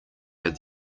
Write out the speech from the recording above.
had